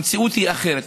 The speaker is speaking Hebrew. המציאות היא אחרת,